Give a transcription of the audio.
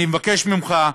אני מבקש ממך,